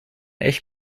echt